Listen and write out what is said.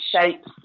shapes